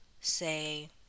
say